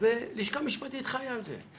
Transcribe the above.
והלשכה המשפטית חיה עם זה.